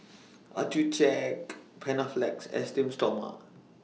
Accucheck Panaflex Esteem Stoma